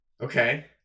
Okay